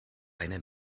eine